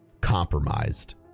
compromised